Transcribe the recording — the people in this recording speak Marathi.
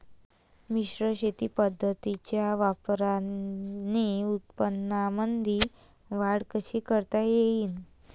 मिश्र शेती पद्धतीच्या वापराने उत्पन्नामंदी वाढ कशी करता येईन?